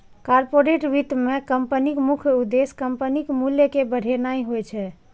corporate वित्त मे कंपनीक मुख्य उद्देश्य कंपनीक मूल्य कें बढ़ेनाय होइ छै